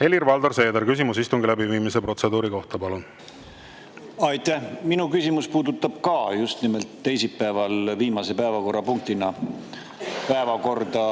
Helir-Valdor Seeder, küsimus istungi läbiviimise protseduuri kohta, palun! Aitäh! Minu küsimus puudutab ka just nimelt teisipäeval viimase päevakorrapunktina päevakorda